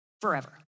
forever